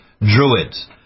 Druids